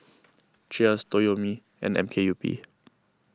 Cheers Toyomi and M K U P